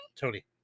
Tony